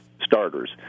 starters